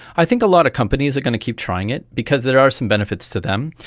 i think a lot of companies are going to keep trying it because there are some benefits to them,